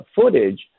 footage